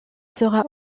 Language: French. sera